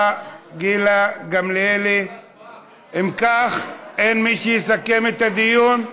אם כך, אין מי שיסכם את הדיון?